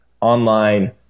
online